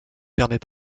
permet